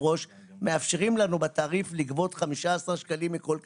מאפשרים לנו בתעריף לגבות 15 שקלים מכל קשיש,